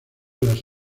las